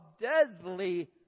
deadly